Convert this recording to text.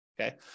okay